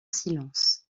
silence